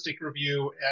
review